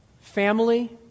Family